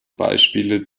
beispiele